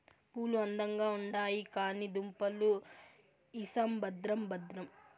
పూలు అందంగా ఉండాయి కానీ దుంపలు ఇసం భద్రం భద్రం